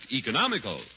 economical